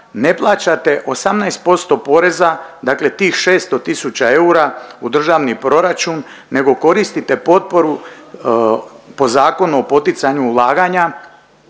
ne plaćate 18% poreza, dakle tih 600 tisuća eura u državni proračun nego koristite potporu po Zakonu o poticanju ulaganja